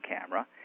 camera